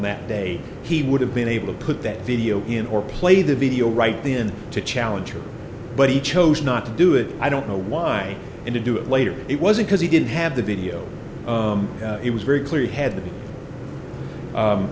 that day he would have been able to put that video in or play the video right then to challenge her but he chose not to do it i don't know why and to do it later it wasn't because he didn't have the video it was very clear